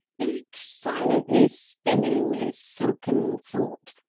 each silently spinning his silken thought,